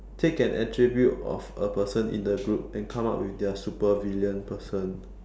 take an attribute of a person in the group and come out with their super villain person